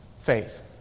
faith